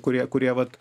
kurie kurie vat